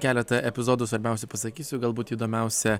keletą epizodų svarbiausių pasakysiu galbūt įdomiausia